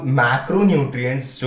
macronutrients